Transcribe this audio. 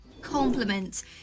compliments